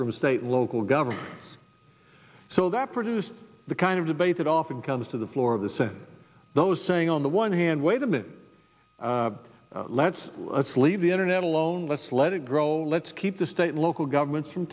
from a state local government so that produced the kind of debate that often comes to the floor of the senate those saying on the one hand wait a minute let's let's leave the internet alone let's let it grow let's keep the state local governments from